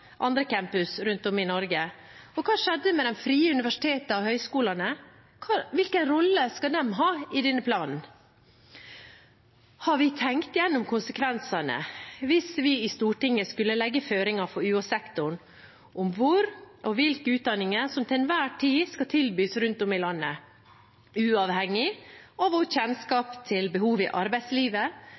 rundt om i Norge? Og hva skjedde med de frie universitetene og høyskolene? Hvilken rolle skal de ha i denne planen? Har vi tenkt gjennom konsekvensene hvis vi i Stortinget skulle legge føringer for UH-sektoren om hvor og hvilke utdanninger som til enhver tid skal tilbys rundt om i landet, uavhengig av vår kjennskap til behov i arbeidslivet,